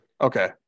Okay